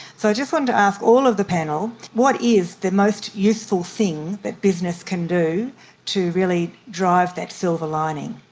so i just wanted to ask all of the panel, what is the most useful thing that business can do to really drive that silver lining?